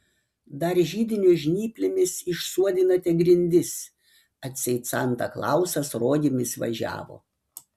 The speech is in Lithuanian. dar židinio žnyplėmis išsuodinate grindis atseit santa klausas rogėmis važiavo